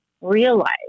realize